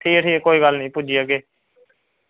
ठीक ठीक ऐ कोई गल्ल निं पुज्जी जाह्गे